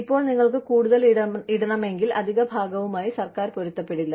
ഇപ്പോൾ നിങ്ങൾക്ക് കൂടുതൽ ഇടണമെങ്കിൽ അധിക ഭാഗവുമായി സർക്കാർ പൊരുത്തപ്പെടില്ല